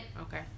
Okay